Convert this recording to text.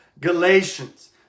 Galatians